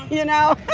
you know?